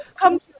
come